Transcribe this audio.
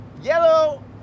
Yellow